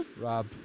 Rob